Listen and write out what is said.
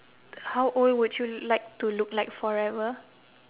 how old would you like to look like forever